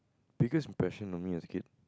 biggest impression on me as a kid